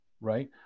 right